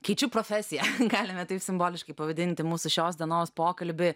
keičiu profesiją galime taip simboliškai pavadinti mūsų šios dienos pokalbį